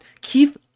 Keith